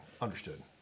Understood